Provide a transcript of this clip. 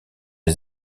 les